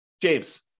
James